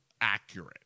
Accurate